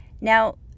Now